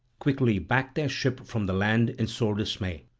quickly backed their ship from the land in sore dismay.